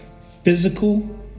physical